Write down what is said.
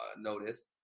notice